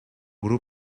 grup